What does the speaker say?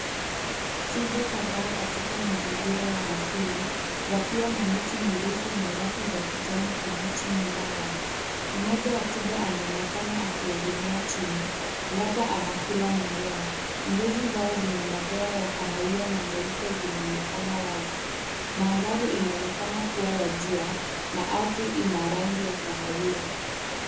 Twiga kadhaa katika mazingira ya asili, wakiwa na miti mirefu na nyasi za kijani kibichi nyuma yao. Mmoja wa twiga anaonekana akiegemea chini, labda anakula mimea. Ngozi zao zenye madoa ya kahawia na meupe zinaonekana wazi. Mandhari inaonekana kuwa ya jua na ardhi ina rangi ya kahawia.